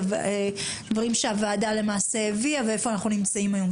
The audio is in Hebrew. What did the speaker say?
דברים שהוועדה למעשה הביאה ואיפה אנחנו נמצאים היום,